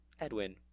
edwin